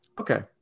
Okay